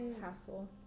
hassle